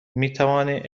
میتوانیم